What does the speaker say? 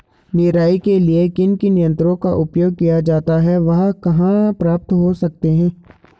निराई के लिए किन किन यंत्रों का उपयोग किया जाता है वह कहाँ प्राप्त हो सकते हैं?